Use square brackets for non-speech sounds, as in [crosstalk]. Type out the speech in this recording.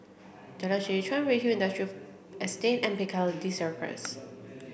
Jalan Seh Chuan Redhill [unintelligible] Estate and Piccadilly Circus